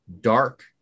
dark